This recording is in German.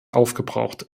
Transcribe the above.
aufgebraucht